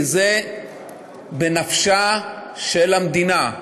כי זה בנפשה של המדינה.